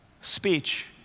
speech